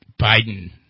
Biden